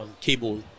cable